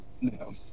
No